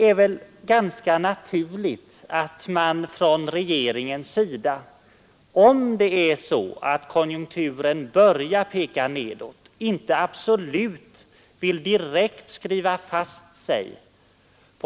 Om konjunkturen börjar peka t.ex. kraftigt nedåt, är det ganska naturligt att regeringen inte direkt vill skriva sig fast vid